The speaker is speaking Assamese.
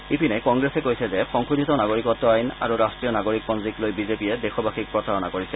ইপিনে কংগ্ৰেছে কৈছে যে সংশোধিত নাগৰিকত্ আইন আৰু ৰাট্টীয় নাগৰিকপঞ্জীক লৈ বিজেপিয়ে দেশবাসীক প্ৰতাৰণা কৰিছে